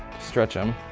stretch them,